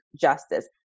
justice